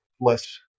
less